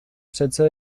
přece